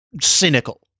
cynical